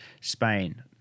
Spain